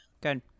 good